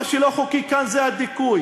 מה שלא חוקי כאן זה הדיכוי.